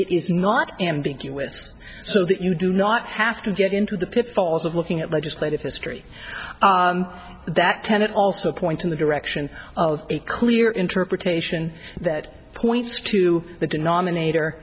it is not ambiguous so that you do not have to get into the pitfalls of looking at legislative history that tenet also points in the direction of a clear interpretation that points to the denominator